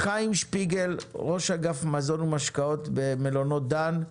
חיים שפיגל, ראש אגף מזון ומשקאות במלונות דן,